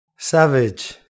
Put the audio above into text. savage